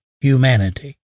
humanity